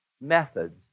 methods